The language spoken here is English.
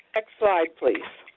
next slide, please.